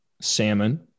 salmon